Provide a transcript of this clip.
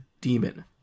demon